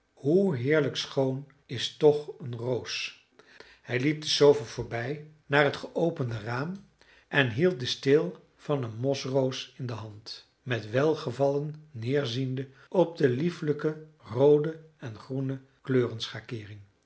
hoe heerlijk schoon is toch een roos hij liep de sofa voorbij naar het geopende raam en hield den steel van een mosroos in de hand met welgevallen neerziende op de liefelijke roode en